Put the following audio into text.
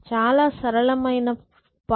చాలా సరళమైన sparse N1